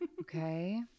okay